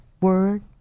word